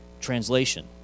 translation